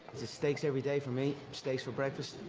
steaks every day for me. steaks for breakfast,